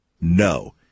No